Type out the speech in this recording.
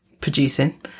producing